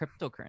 cryptocurrency